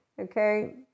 Okay